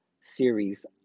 series